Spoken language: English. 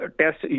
test